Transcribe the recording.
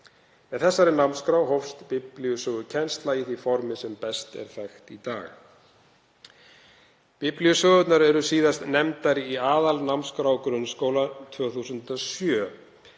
Með þessari námskrá hófst biblíusögukennsla í því formi sem best er þekkt í dag. Biblíusögurnar eru síðast nefndar í aðalnámskrá grunnskóla 2007